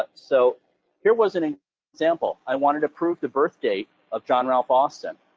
ah so here was an example. i wanted to prove the birthdate of john ralph austin,